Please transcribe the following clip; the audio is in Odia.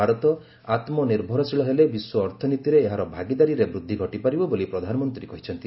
ଭାରତ ଆତ୍ମନିର୍ଭରଶୀଳ ହେଲେ ବିଶ୍ୱ ଅର୍ଥନୀତିରେ ଏହାର ଭାଗିଦାରୀରେ ବୃଦ୍ଧି ଘଟି ପାରିବ ବୋଲି ପ୍ରଧାନମନ୍ତ୍ରୀ କହିଛନ୍ତି